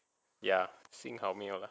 ya 幸好没有了